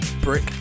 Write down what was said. brick